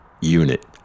unit